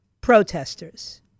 protesters